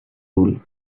rule